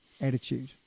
attitude